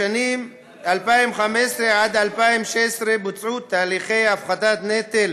בשנים 2015 2016 בוצעו תהליכי הפחתת נטל